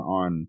on